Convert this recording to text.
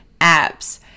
apps